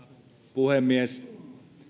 puhemies